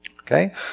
Okay